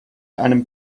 einem